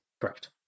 Correct